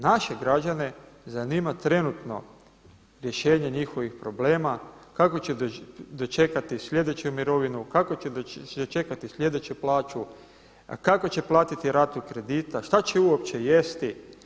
Naše građane zanima trenutno rješenje njihovih problema kako će dočekati sljedeću mirovinu, kako će dočekati sljedeću plaću, kako će platiti ratu kredita, šta će uopće jesti.